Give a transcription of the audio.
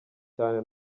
cyane